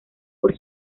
por